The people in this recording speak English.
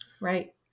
Right